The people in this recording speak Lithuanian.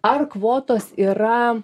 ar kvotos yra